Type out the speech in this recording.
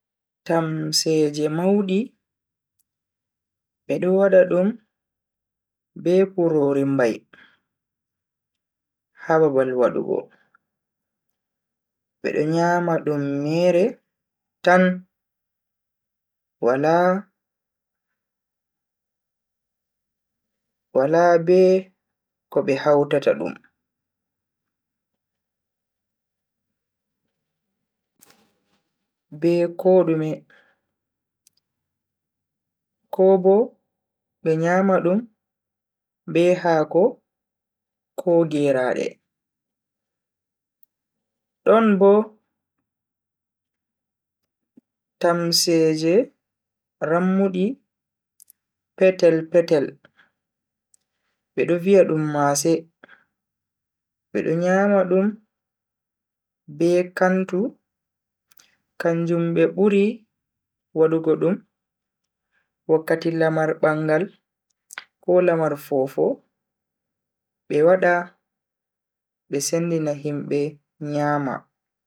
Tamseeje maudi, bedo wada dum be kurori mbai, ha babal wadugo. Bedo nyama dum mere tan bannin tan wala be ko be hautata dum be kodume ko bo be nyama dum be haako ko geraade. Don bo tamseeje rammudi petel-petel, bedo viya dum maase. Bedo nyama dum be kantu kanjum be buri waddugo dum wakkati lamar bangal ko lamar fofo be wada be sendina himbe nyama.